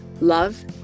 love